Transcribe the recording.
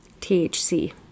THC